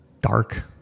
dark